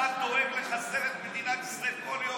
אתה דואג לחסל את מדינת ישראל כל יום,